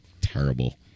terrible